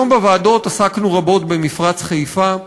היום בוועדות עסקנו רבות במפרץ חיפה,